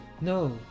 No